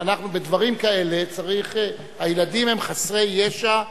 אנחנו, בדברים כאלה צריך, הילדים הם חסרי ישע,